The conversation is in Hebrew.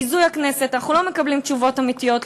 ביזוי הכנסת: אנחנו לא מקבלים תשובות אמיתיות,